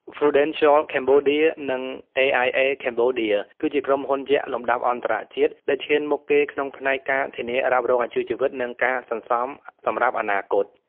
Prudential Cambodia និង AIA Cambodia គឺជាក្រុមហ៊ុនយក្សលំដាប់អន្តរជាតិដែលឈានមុខគេក្នុងផ្នែក ការធានារ៉ាប់រងអាយុជីវិត និងការសន្សំសម្រាប់អនាគត។